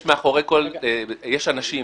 בסדר, מאחורי הכול יש אנשים,